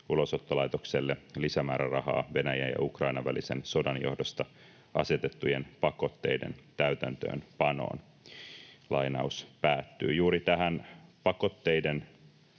Ulosottolaitokselle lisämäärärahaa Venäjän ja Ukrainan välisen sodan johdosta asetettujen pakotteiden täytäntöönpanoon.” Juuri tähän pakotteiden